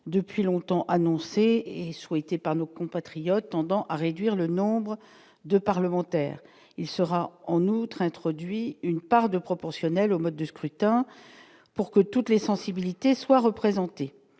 depuis longtemps annoncé et souhaitée par nos compatriotes tendant à réduire le nombre de parlementaires, il sera en outre introduit une part de proportionnelle au mode de scrutin pour que toutes les sensibilités soient représentées